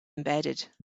embedded